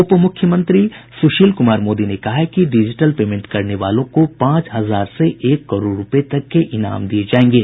उपमुख्यमंत्री सुशील कुमार मोदी ने कहा है कि डिजिटल पेमेंट करने वालों को पांच हजार से एक करोड़ रूपये तक के इनाम दिये जायेंगे